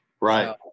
Right